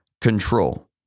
control